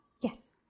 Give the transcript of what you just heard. Yes